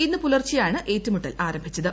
ഇന്ന് പുലർച്ചെയാണ് ഏറ്റുമുട്ടൽ ആരംഭിച്ചത്